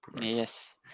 Yes